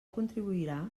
contribuirà